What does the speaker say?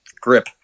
grip